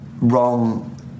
wrong